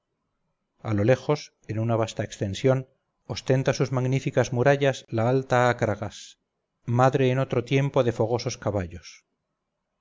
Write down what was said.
a lo lejos en una vasta extensión ostenta sus magníficas murallas la alta acragas madre en otro tiempo de fogosos caballos